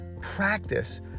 practice